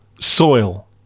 Soil